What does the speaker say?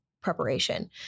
preparation